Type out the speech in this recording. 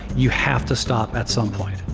you have to stop at some point.